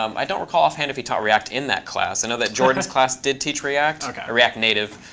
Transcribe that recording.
um i don't recall offhand if he taught react in that class. i know that jordan's class did teach react or react native,